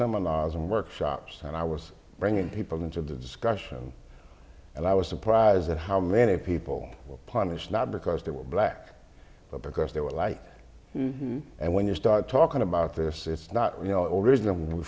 seminars and workshops and i was bringing people into the discussion and i was surprised at how many people will punish not because they were black but because they were like and when you start talking about this it's not real or reasonable when we